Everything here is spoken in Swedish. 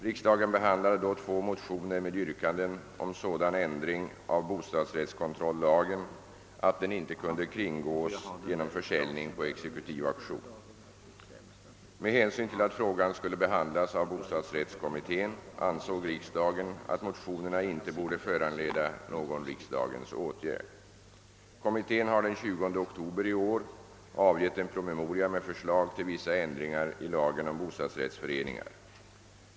Riksdagen behandlade då två motioner med yrkanden om sådan ändring av bostadsrättskontrollagen att den inte kunde kringgås genom försäljning på exekutiv auktion. Med hänsyn till att frågan skulle behandlas av bostadsrättskommittén ansåg riksdagen att motionerna inte borde föranleda någon riks dagens åtgärd. Kommittén har den 20 oktober i år avgivit en promemoria med förslag till vissa ändringar i lagen om bostadsrättsföreningar.